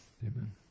Amen